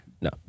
No